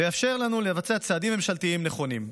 ויאפשר לנו לבצע צעדים ממשלתיים נכונים.